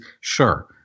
Sure